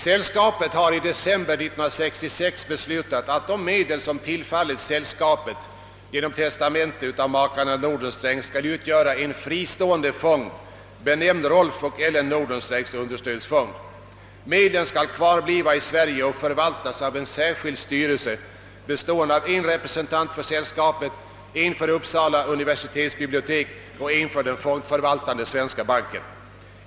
Sällskapet har i december 1966 beslutat att de medel, som tillfallit sällskapet genom testamente av makarna Nordenstreng, skall utgöra en fristående fond, benämnd Rolf och Ellen Nordenstrengs understödsfond. Medlen skall kvarbliva i Sverige och förvaltas av en särskild styrelse, bestående av en representant för sällskapet, en för Uppsala universitetsbibliotek och en för den fondförvaltande svenska banken.